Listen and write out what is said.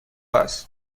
است